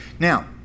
Now